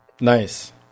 Nice